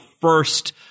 first